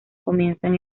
comienzan